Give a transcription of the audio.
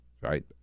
right